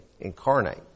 incarnate